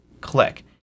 click